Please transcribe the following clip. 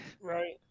Right